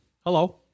Hello